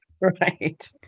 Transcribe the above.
Right